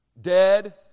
dead